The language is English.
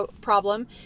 problem